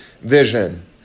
vision